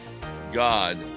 God